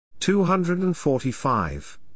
245